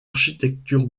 architecture